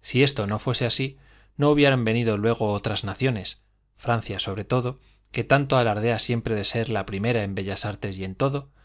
si esto no fuese así no hubieran venido luego otras naciones francia sobre todo que tanto alardea siempre de ser la primera en bellas artes y en todo